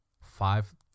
five